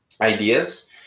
ideas